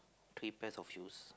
three pairs of shoes